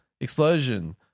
explosion